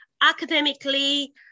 academically